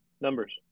numbers